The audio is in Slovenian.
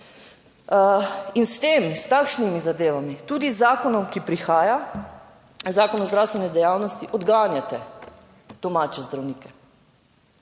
In s tem, s takšnimi zadevami tudi z zakonom, ki prihaja, Zakon o zdravstveni dejavnosti, odganjate domače zdravnike